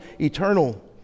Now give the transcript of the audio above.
eternal